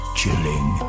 chilling